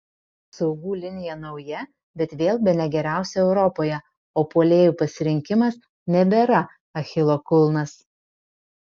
saugų linija nauja bet vėl bene geriausia europoje o puolėjų pasirinkimas nebėra achilo kulnas